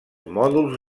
mòduls